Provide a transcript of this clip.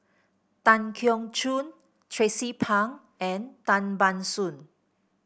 Tan Keong Choon Tracie Pang and Tan Ban Soon